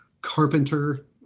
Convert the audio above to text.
Carpenter